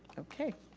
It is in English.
okay,